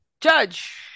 Judge